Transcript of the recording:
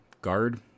Guard